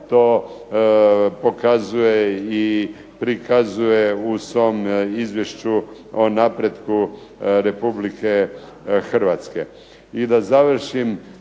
to pokazuje i prikazuje u svom izvješću o napretku Republike Hrvatske. I da završim